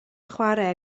chwarae